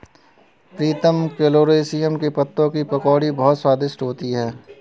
प्रीतम colocasia के पत्तों की पकौड़ी बहुत स्वादिष्ट होती है